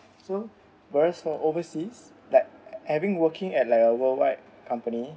so whereas for overseas like having working at like a worldwide company